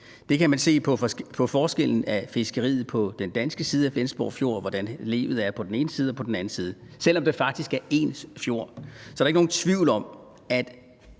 se ved, at der er forskel på fiskeriet på den danske side af Flensborg Fjord og på den tyske side og se, hvordan livet er på den ene side og på den anden side. Selv om det faktisk er den samme fjord, er der ikke nogen tvivl om, at